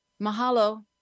Mahalo